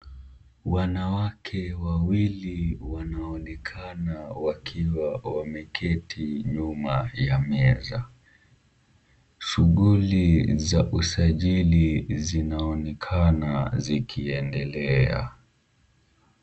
Wanawake wawili wanaonekana wakiwa wameketi nyuma ya meza. Shughuli za usajili zinaonekana zikiendelea.